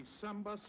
December